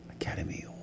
Academy